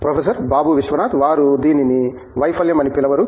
professor Babu Vishwanath వారు దీనిని వైఫల్యం అని పిలవరు